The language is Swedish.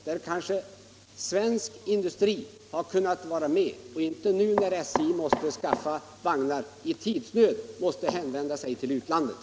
Då hade kanske svensk industri kunnat vara med, och SJ hade inte som nu, när motorvagnar skall anskaffas under tidsnöd, måst hänvända sig till utlandet.